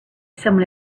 someone